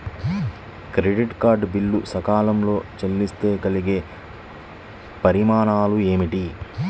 Credit card bill సకాలంలో చెల్లిస్తే కలిగే పరిణామాలేమిటి?